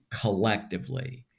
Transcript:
collectively